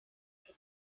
que